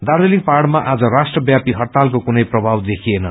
दार्जीलिङ पहाइमा आज राष्ट्रव्यापी हड़तालको कुनै प्रभाव देखिएन